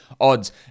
odds